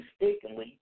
mistakenly